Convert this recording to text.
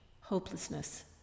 hopelessness